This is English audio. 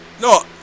no